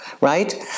right